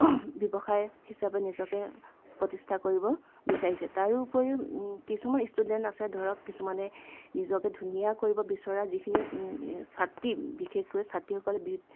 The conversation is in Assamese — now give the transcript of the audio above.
ব্যৱসায় হিচাপে নিজকে প্ৰতিষ্ঠা কৰিব বিচাৰিছে তাৰো উপৰিও কিছুমান ষ্টুডেণ্ট আছে ধৰক কিছুমানে নিজকে ধুনীয়া কৰিব বিচৰা যিখিনি ছাত্ৰী বিশেষকৈ ছাত্ৰীসকলে